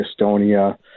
Estonia